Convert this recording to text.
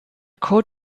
code